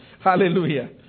Hallelujah